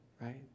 right